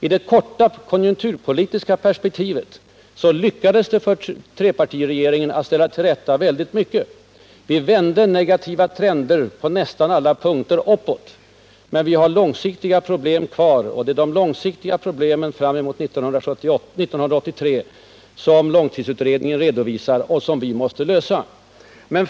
I det korta konjunkturpolitiska perspektivet lyckades det för trepartiregeringen att ställa till rätta väldigt mycket. Vi vände negativa trender på nästan alla punkter uppåt, men vi har långsiktiga problem kvar, och det är de långsiktiga problemen fram emot 1983 som långtidsutredningen redovisar och som vi måste lösa.